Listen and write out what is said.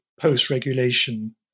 post-regulation